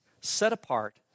set-apart